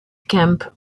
camp